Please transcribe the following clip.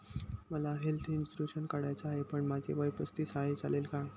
मला health insurance काढायचा आहे पण माझे वय पस्तीस आहे, चालेल का?